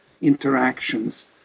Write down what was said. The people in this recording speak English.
interactions